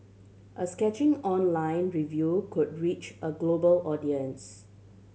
a scathing online review could reach a global audience